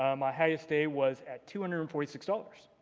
um my highest day was at two hundred and forty six dollars.